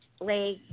leg